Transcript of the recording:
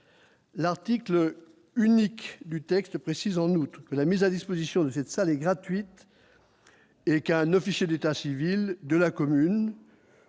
L'article unique du texte précise en outre que la mise à disposition de cette salle est gratuite et qu'un officier d'état civil de la commune